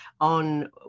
on